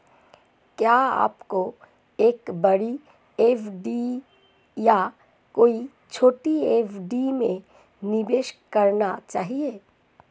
क्या आपको एक बड़ी एफ.डी या कई छोटी एफ.डी में निवेश करना चाहिए?